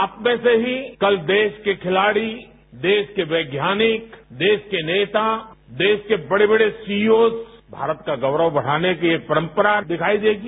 आपमें से ही कल देश के खिलाड़ी देश के वैज्ञानिक देश के नेता देश के बड़े बड़े सीओज भारत का गौरव बढ़ाने की एक परंपरा दिखाई देगी